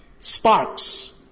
sparks